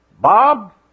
Bob